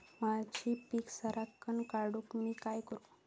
माझी पीक सराक्कन वाढूक मी काय करू?